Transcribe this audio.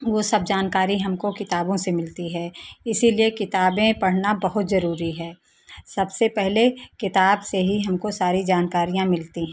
वो सब जानकारी हमको किताबों से मिलती है इसीलिए किताबें पढ़ना बहुत ज़रूरी है सबसे पहले किताब से ही हमको सारी जानकारियाँ मिलती हैं